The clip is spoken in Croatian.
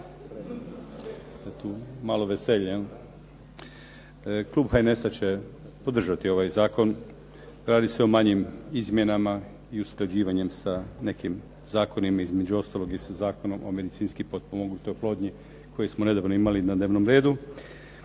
i kolege. Klub HNS-a će podržati ovaj zakon, radi se o manjim izmjenama i usklađivanjem sa nekim zakonima, između ostalog i sa Zakonom o medicinski potpomognutoj oplodnji koji smo nedavno imali na dnevnom redu.